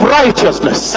righteousness